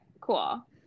cool